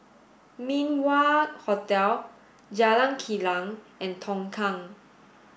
Min Wah Hotel Jalan Kilang and Tongkang